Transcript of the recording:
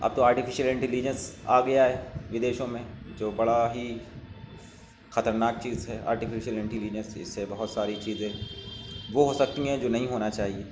اب تو artificial intelligence آ گیا ہے ویدیشوں میں جو بڑا ہی خطرناک چیز ہے آرٹیفیشل انٹیلیجنس اس سے بہت ساری چیزیں وہ ہوسکتی ہیں جو نہیں ہونا چاہیے